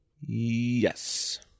Yes